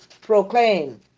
proclaim